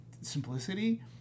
simplicity